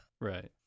Right